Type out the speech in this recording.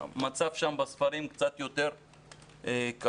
המצב שם בספרים קצת יותר קשה,